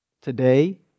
Today